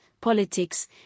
politics